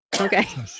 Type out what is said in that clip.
Okay